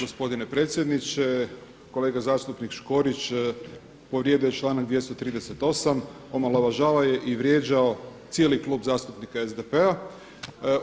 Gospodine predsjedniče, kolega zastupnik Škorić povrijedio je članak 238. omalovažavao je i vrijeđao cijeli Klub zastupnika SDP-a.